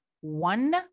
one